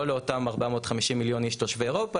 לא לאותם 450 מיליון איש תושבי אירופה